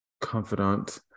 confidant